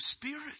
spirit